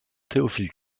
théophile